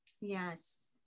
Yes